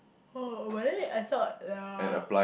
oh but then I thought uh